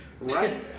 Right